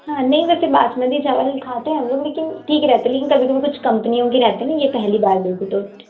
हाँ नहीं वैसे बासमती चावल खाते हैं हम लोग लेकिन ठीक रहते हैं लेकिन कभी कभी कुछ कंपनियों की रहते नहीं ये पहली बार देखी तो